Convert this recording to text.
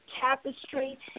tapestry